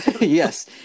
Yes